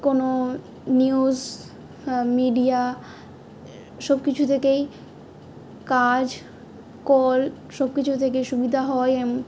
কোনো news media সব কিছু থেকেই কাজ কল সব কিছু থেকে সুবিধা হয় এম